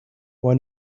why